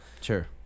sure